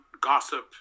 gossip